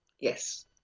yes